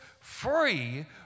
free